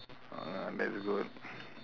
that's good